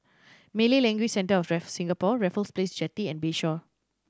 Malay Language Centre of Singapore Raffles Place Jetty and Bayshore